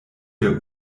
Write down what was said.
der